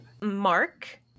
mark